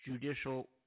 judicial